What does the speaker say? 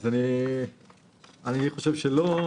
אני חושב שלא.